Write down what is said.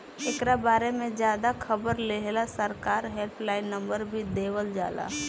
एकरा बारे में ज्यादे खबर लेहेला सरकार हेल्पलाइन नंबर भी देवल जाला